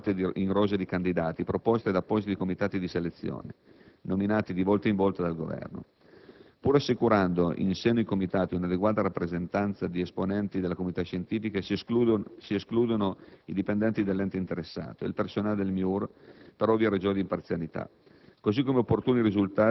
tramite le scelte effettuate in rose di candidati proposte da appositi comitati di selezione, nominati di volta in volta dal Governo. Pur assicurando, in seno ai comitati, un'adeguata rappresentanza di esponenti della comunità scientifica, si escludono i dipendenti dell'ente interessato e il personale del MIUR, per ovvie ragioni di imparzialità.